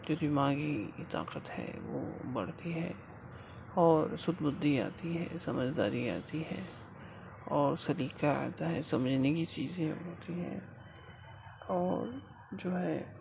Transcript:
جو دماغی طاقت ہے وہ بڑھتی ہے اور سد بدھی آتی ہے سمجھداری آتی ہے اور سلیقہ آتا ہے سمجھنے کی چیزیں ہوتی ہیں اور جو ہے